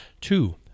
two